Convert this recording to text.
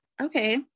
okay